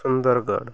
Sundargarh